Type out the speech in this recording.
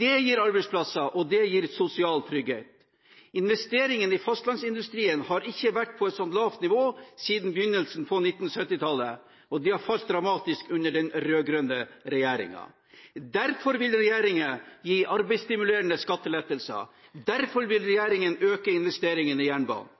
Det gir arbeidsplasser, og det gir sosial trygghet. Investeringene i fastlandsindustrien har ikke vært på så lavt nivå siden begynnelsen av 1970-tallet, og de har falt dramatisk under den rød-grønne regjeringen. Derfor vil regjeringen gi arbeidsstimulerende skattelettelser. Derfor vil regjeringen øke investeringene i jernbanen.